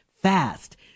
fast